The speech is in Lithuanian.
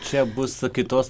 čia bus kitos